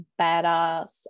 badass